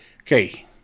Okay